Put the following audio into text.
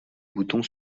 bouton